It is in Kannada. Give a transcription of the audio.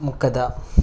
ಮುಖದ